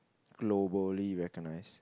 globally recognised